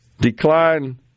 decline